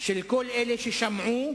של כל אלה ששמעו,